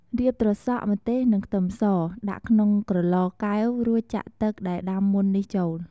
រៀបត្រសក់ ម្ទេស និង ខ្ទឹមស ដាក់ក្នុងក្រឡកែវ រួចចាក់ទឹកដែលដាំមុននេះចូល។